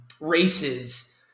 races